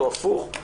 או הפוך.